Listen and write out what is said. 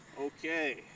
Okay